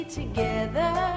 together